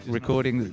recording